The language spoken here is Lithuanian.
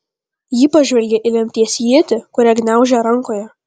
ji pažvelgė į lemties ietį kurią gniaužė rankoje